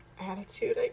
Attitude